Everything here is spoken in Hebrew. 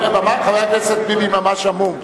הכנסת טיבי ממש המום.